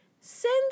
send